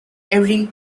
every